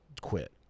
quit